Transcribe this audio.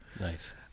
Nice